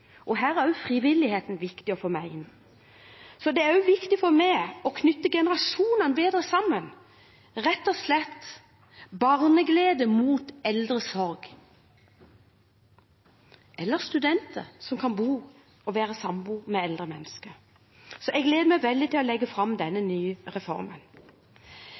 Norge. Her er også frivilligheten viktig. Det er også viktig for meg å knytte generasjonene bedre sammen, rett og slett barneglede mot eldresorg eller at studenter kan bo sammen med eldre mennesker. Jeg gleder meg veldig til å legge fram denne nye reformen.